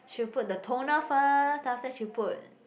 she will put the toner first then after that she'll put